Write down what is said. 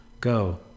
Go